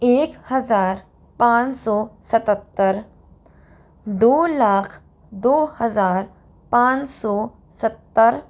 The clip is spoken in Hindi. एक हजार पाँच सौ सतहत्तर दो लाख दो हजार पाँच सौ सत्तर